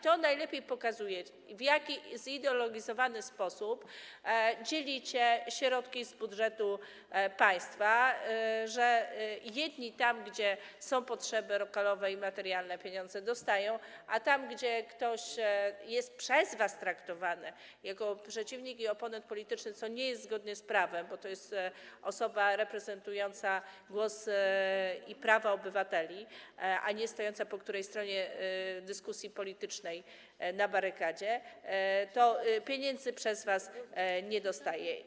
To najlepiej pokazuje, w jaki zideologizowany sposób dzielicie środki z budżetu państwa: tam gdzie są potrzeby lokalowe i materialne, jedni pieniądze dostają, a tam gdzie ktoś jest przez was traktowany jako przeciwnik i oponent polityczny - co nie jest zgodne z prawem, bo to jest osoba reprezentująca głos i prawa obywateli, a nie stojąca po którejś stronie dyskusji politycznej na barykadzie - pieniędzy od was nie dostaje.